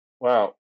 wow